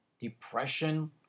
depression